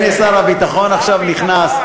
בגלל זה, הנה שר הביטחון עכשיו נכנס.